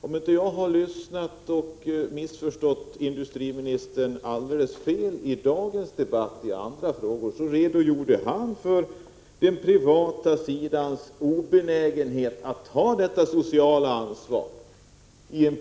Om jag inte missförstått industriministern i dagens debatt och i samband med andra frågor har han i polemik med de borgerliga redogjort för den privata sidans obenägenhet att ta detta sociala ansvar.